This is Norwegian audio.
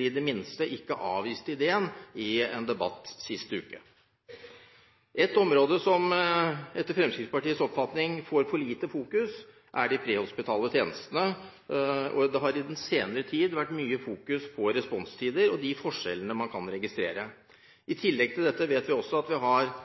i det minste ikke avviste ideen i en debatt sist uke. Et område som etter Fremskrittspartiets oppfatning får for lite oppmerksomhet, er de prehospitale tjenestene. Det har i den senere tid vært fokusert mye på responstider og de forskjellene man der kan registrere. I tillegg vet vi også at vi har